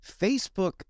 Facebook